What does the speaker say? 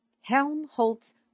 Helmholtz